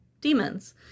demons